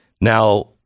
Now